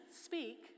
speak